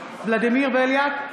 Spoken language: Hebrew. ולדימיר בליאק,